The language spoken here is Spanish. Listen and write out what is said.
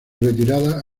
retirada